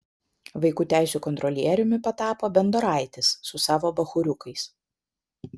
vaikų teisių kontrolieriumi patapo bendoraitis su savo bachūriukais